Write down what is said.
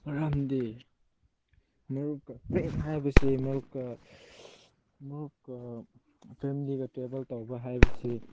ꯃꯔꯝꯗꯤ ꯃꯔꯨꯞꯀ ꯐ꯭ꯔꯦꯟ ꯍꯥꯏꯕꯁꯦ ꯃꯔꯨꯞꯀ ꯃꯔꯨꯞꯀ ꯐꯦꯃꯤꯂꯤꯒ ꯇ꯭ꯔꯦꯚꯦꯜ ꯇꯧꯕ ꯍꯥꯏꯕꯁꯦ